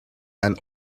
and